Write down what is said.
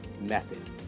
method